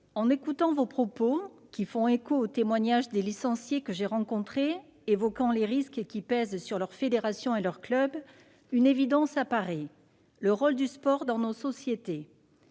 mes chers collègues, qui font écho aux témoignages des licenciés que j'ai rencontrés, évoquant les risques qui pèsent sur leurs fédérations et leurs clubs, une évidence apparaît : le rôle du sport dans nos sociétés.